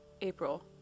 April